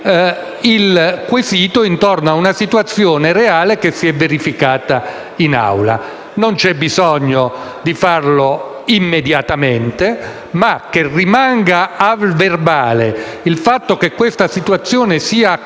il quesito intorno a una situazione reale che si è verificata in Assemblea. Non c'è bisogno di farlo immediatamente. Occorre, però, che rimanga a verbale il fatto che questa situazione è accaduta